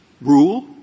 rule